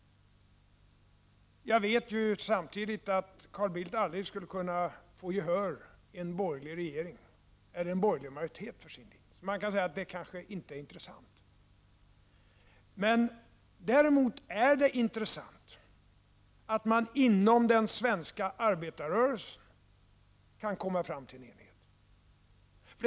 Samtidigt vet jag att Carl Bildt aldrig skulle kunna få gehör i en borgerlig regering eller en borgerlig majoritet för sin linje. Man kan därför säga att den kanske inte är av så stort intresse. Däremot är det av intresse att man inom den svenska arbetarrörelsen kan komma fram till en enighet.